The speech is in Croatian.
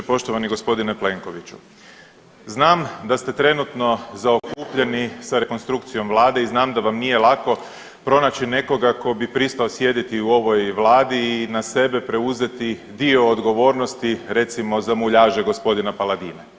Poštovani g. Plenkoviću, znam da ste trenutno zaokupljeni sa rekonstrukcijom vlade i znam da vam nije lako pronaći nekoga ko bi pristao sjediti u ovoj vladi i na sebe preuzeti dio odgovornosti recimo za muljaže g. Paladine.